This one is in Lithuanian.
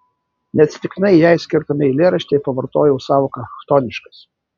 neatsitiktinai jai skirtame eilėraštyje pavartojau sąvoką chtoniškas